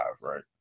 right